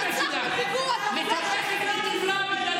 את שקרנית.